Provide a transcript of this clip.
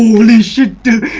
silly she did